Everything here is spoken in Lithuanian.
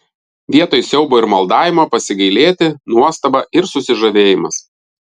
vietoj siaubo ir maldavimo pasigailėti nuostaba ir susižavėjimas